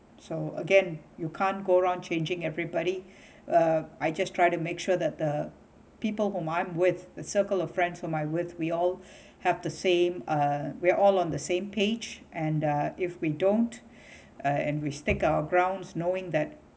so again you can't go around changing everybody uh I just try to make sure that the people who I'm with the circle of friends who I'm with we all have the same uh we are all on the same page and uh if we don't uh and we stick our grounds knowing that